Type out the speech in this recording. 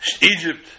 Egypt